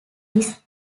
this